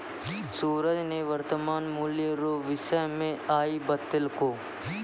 सूरज ने वर्तमान मूल्य रो विषय मे आइ बतैलकै